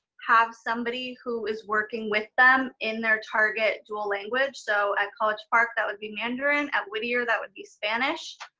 have somebody who is working with them in their target dual language. so at college park, that would be mandarin. at whittier, that would be spanish.